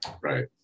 Right